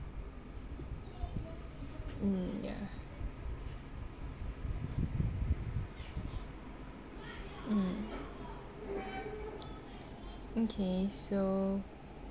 mm yah mm okay so